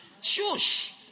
shush